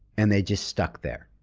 and they're just stuck there?